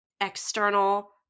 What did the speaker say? external